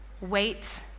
Wait